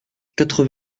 quatre